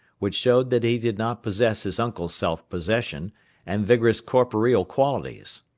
which showed that he did not possess his uncle's self-possession and vigorous corporeal qualities.